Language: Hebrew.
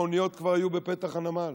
האוניות כבר היו בפתח הנמל.